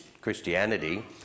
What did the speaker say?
Christianity